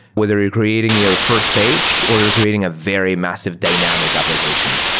whether you're creating your first page or you're creating a very massive dynamic application.